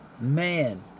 man